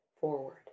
forward